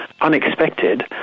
unexpected